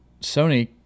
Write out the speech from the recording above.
Sony